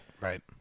right